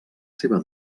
seva